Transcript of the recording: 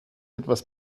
etwas